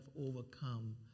overcome